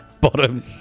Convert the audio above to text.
bottom